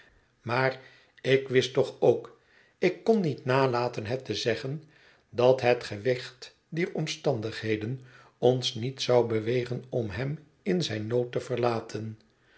maar ik wist toch ook ik kon niet nalaten het te zeggen dat het gewicht dier omstandigheden ons niet zou bewegen om hem in zijn nood te verlaten